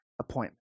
appointment